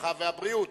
הרווחה והבריאות,